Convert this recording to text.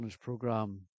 program